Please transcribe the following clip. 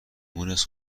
مونس